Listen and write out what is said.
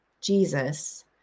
Jesus